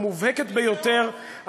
המובהקת ביותר,